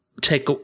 take